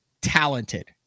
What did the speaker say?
talented